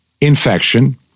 infection